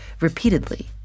repeatedly